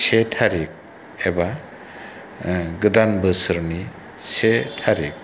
से थारिख एबा गोदान बोसोरनि से थारिख